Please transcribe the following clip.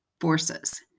forces